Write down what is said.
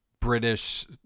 British